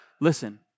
Listen